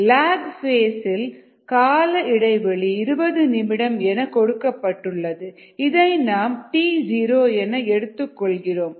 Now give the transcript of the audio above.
lock phase இன் கால இடைவெளி 20 நிமிடம் என கொடுக்கப்பட்டுள்ளது இதை நாம் t0 என எடுத்துக் கொள்கிறோம்